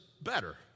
better